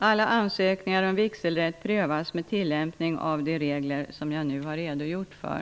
Alla ansökningar om vigselrätt prövas med tillämpning av de regler som jag nu har redogjort för.